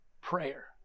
prayer